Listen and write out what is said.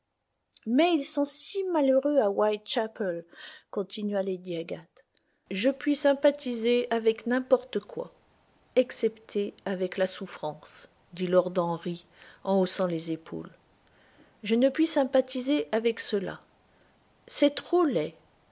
mais ils sont si malheureux à whitechapel continua lady agathe je puis sympathiser avec n'importe quoi excepté avec la souffrance dit lord henry en haussant les épaules je ne puis sympathiser avec cela c'est trop laid